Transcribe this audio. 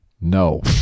No